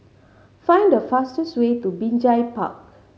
find the fastest way to Binjai Park